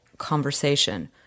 Conversation